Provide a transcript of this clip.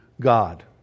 God